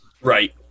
Right